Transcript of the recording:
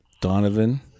Donovan